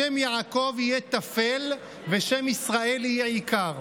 השם יעקב יהיה תפל, ושם ישראל יהיה העיקר.